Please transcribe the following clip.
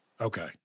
Okay